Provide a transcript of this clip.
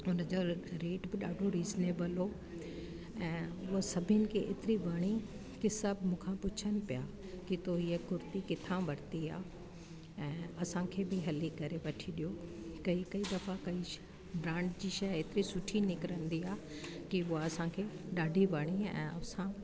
हुन जो रेट बि ॾाढो रिज़नेबल हुओ ऐं उहा सभिनि खे एतिरी वणी के सभु मूंखां पुछणु पया की तू इहा कुर्ती किता वरती आहे ऐं असांखे बि हली करे वठी ॾियो कई कई दफ़ा कई ब्रांड जी शइ हेतिरी सुठी निकरंदी आहे की उहा असांखे ॾाढी वणी ऐं असां